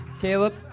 Caleb